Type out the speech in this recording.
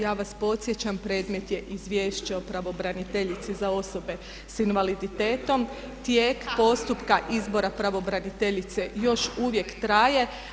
Ja vas podsjećam, predmet je Izvješće o pravobraniteljici za osobe sa invaliditetom, tijek postupka, izbora pravobraniteljice još uvijek traje.